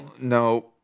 No